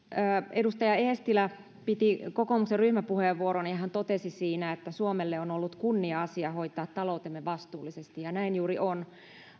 edustaja eestilä piti kokoomuksen ryhmäpuheenvuoron ja hän totesi siinä että suomelle on ollut kunnia asia hoitaa taloutemme vastuullisesti näin juuri on